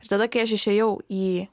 ir tada kai aš išėjau į